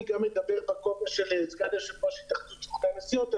אני אדבר גם בכובע של סגן יושב-ראש התאחדות סוכני הנסיעות.